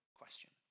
question